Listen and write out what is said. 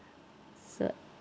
so